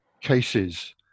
cases